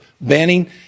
banning